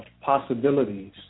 possibilities